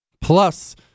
Plus